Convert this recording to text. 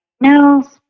no